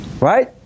Right